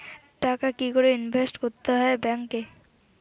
টাকা কি করে ইনভেস্ট করতে হয় ব্যাংক এ?